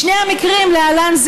בשני המקרים: להלן,